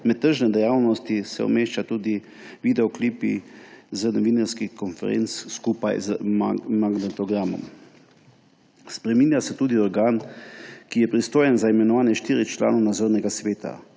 Med tržne dejavnosti se umeščajo tudi videoklipi z novinarskih konferenc, skupaj z magnetogramom. Spreminja se tudi organ, ki je pristojen za imenovanje štirih članov Nadzornega sveta.